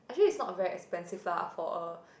actually it's not very expensive lah for a